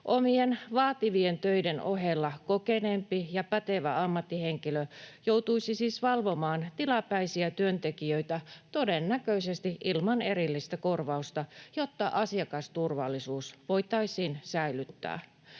Omien, vaativien töiden ohella kokeneempi ja pätevä ammattihenkilö joutuisi siis valvomaan tilapäisiä työntekijöitä todennäköisesti ilman erillistä korvausta, jotta asiakasturvallisuus voitaisiin säilyttää.